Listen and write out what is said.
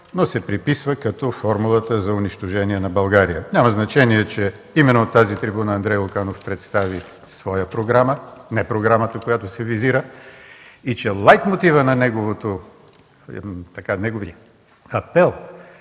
но се преписва като формулата за унищожение на България. Няма значение, че именно от тази трибуна Андрей Луканов представи своя програма, не програмата, която се визира, и че лайтмотивът на неговия апел